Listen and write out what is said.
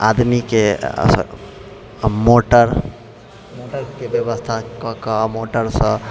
आदमीके अऽ सऽ मोटर मोटरके व्यवस्था कए कऽ आब मोटरसँ